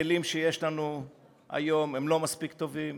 הכלים שיש לנו היום הם לא מספיק טובים,